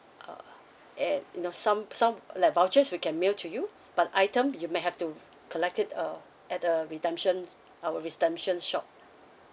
uh and you know some some like vouchers we can mail to you but item you may have to collect it uh at the redemption our redemption shop